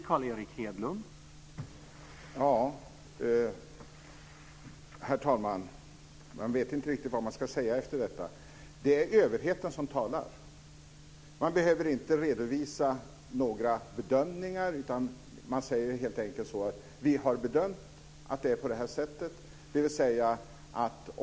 Herr talman! Jag vet inte riktigt vad jag ska säga efter detta. Det är överheten som talar. Man behöver inte redovisa några bedömningar, utan man säger helt enkelt: Vi har bedömt att det är på det här sättet.